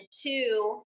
two